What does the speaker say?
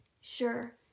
Sure